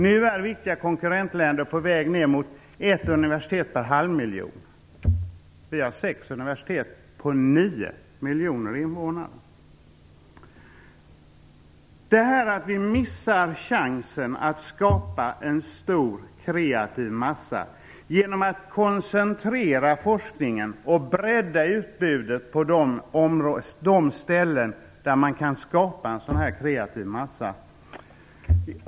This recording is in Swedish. Nu är viktiga konkurrentländer på väg att få ett universitet per en halv miljon. Vi har sex universitet på nio miljoner invånare. Vi missar chansen att skapa en stor kreativ massa genom att koncentrera forskningen och bredda utbudet på de områden där man kan skapa en sådan här kreativ massa.